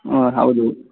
ಹಾಂ ಹೌದು